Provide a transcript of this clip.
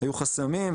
היו חסמים,